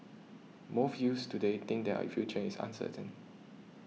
most youths today think that future is uncertain